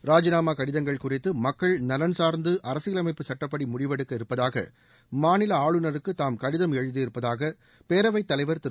ராஜினாமா கடிதங்கள் குறித்து மக்கள் நலன் சார்ந்து அரசியலமைப்பு சட்டப்படி முடிவெடுக்க இருப்பதாக மாநில ஆளுநருக்கு தாம் கடிதம் எழுதியிருப்பதாக பேரவைத் தலைவா் திரு